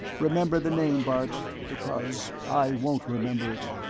remember the name, bart, because i won't remember it.